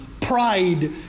pride